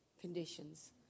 conditions